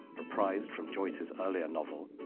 reprised from joyce's earlier novel,